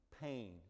Pain